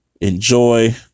Enjoy